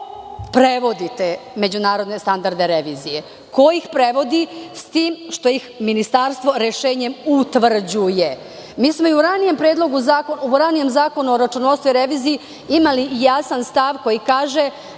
ko prevodi te međunarodne standarde revizije. Ko ih prevodi, s tim što ih Ministarstvo rešenjem utvrđuje? Mi smo i u ranijem Zakonu o računovodstvu i reviziji imali jasan stav koji kaže,